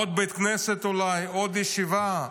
אולי עוד בית כנסת, עוד ישיבה,